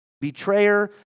betrayer